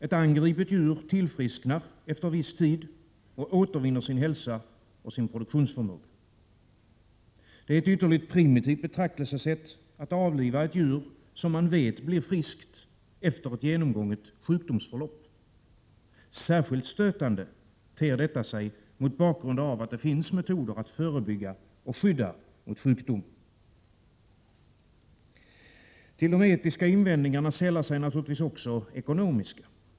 Ett angripet djur tillfrisknar efter någon tid och återvinner sin hälsa och produktionsförmåga. Det är ytterligt primitivt att avliva ett djur som man vet blir friskt efter genomgånget sjukdomsförlopp. Särskilt stötande ter sig detta mot bakgrund av det faktum att det finns metoder att förebygga och att skydda mot sjukdomen. Till de etiska invändningarna sällar sig naturligtvis också ekonomiska.